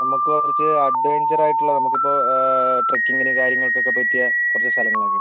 നമുക്ക് കുറച്ച് അഡ്വഞ്ചർ ആയിട്ടുള്ള നമുക്കിപ്പം ട്രക്കിംഗിന് കാര്യങ്ങൾക്ക് ഒക്കെ പറ്റിയ കുറച്ച് സ്ഥലങ്ങൾ ഒക്കെ